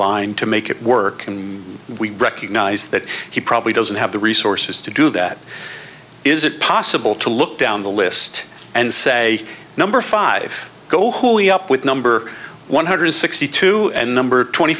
line to make it work and we recognize that he probably doesn't have the resources to do that is it possible to look down the list and say number five go holy up with number one hundred sixty two and number twenty